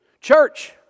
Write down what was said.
Church